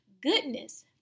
goodness